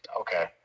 Okay